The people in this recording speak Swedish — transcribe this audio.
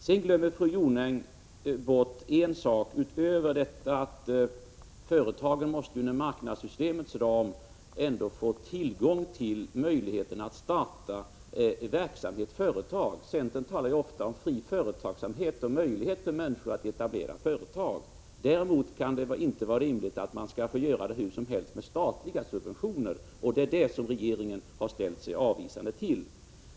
Sedan glömmer fru Jonäng bort en sak, utöver det faktum att man inom marknadssystemets ram ändå måste få tillgång till och möjlighet att starta verksamhet och företag. Centern talar ju ofta om fri företagsamhet och om människors möjligheter att etablera företag. Men det kan ju inte vara rimligt att man skall få göra det hur som helst med statliga subventioner. Det är detta som regeringen har ställt sig avvisande till.